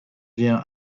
vient